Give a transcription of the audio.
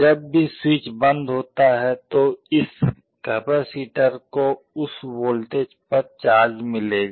जब भी स्विच बंद होता है तो इस कैपैसिटर को उस वोल्टेज पर चार्ज मिलेगा